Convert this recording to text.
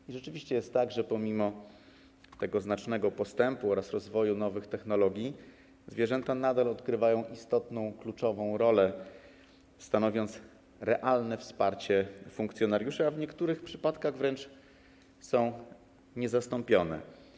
I rzeczywiście jest tak, że pomimo znacznego postępu oraz rozwoju nowych technologii zwierzęta nadal odgrywają istotną, kluczową rolę, stanowiąc realne wsparcie funkcjonariuszy, a w niektórych przypadkach są wręcz niezastąpione.